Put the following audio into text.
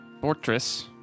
fortress